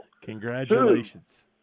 Congratulations